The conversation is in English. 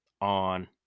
on